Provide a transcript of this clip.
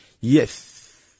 Yes